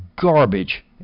garbage